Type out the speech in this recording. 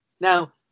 Now